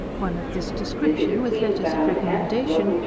one of this description, with letters of recommendation,